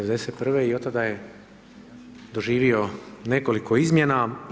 1991. i od tada je doživio nekoliko izmjena.